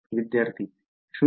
विद्यार्थी ०